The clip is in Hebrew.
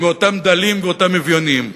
מאותם דלים ואותם אביונים.